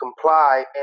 comply